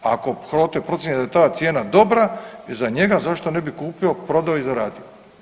Ako HROTE procjeni da je ta cijena dobra za njega zašto ne bi kupio, prodo i zaradio.